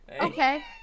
Okay